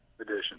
edition